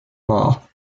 mall